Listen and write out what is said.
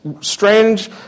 strange